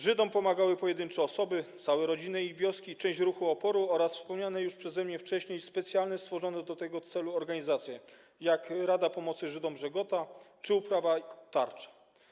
Żydom pomagały pojedyncze osoby, całe rodziny i wioski, część ruchu oporu oraz wspomniane już przeze mnie wcześniej specjalnie stworzone do tego celu organizacje, jak Rada Pomocy Żydom „Żegota” czy „Uprawa” - „Tarcza”